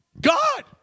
God